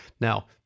Now